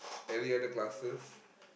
any other classes